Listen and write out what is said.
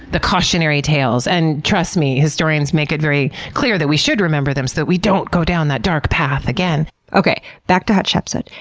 the cautionary tales, and trust me, historians make it very clear that we should remember them so that we don't go down that dark path again. okay, back to hatshepsut,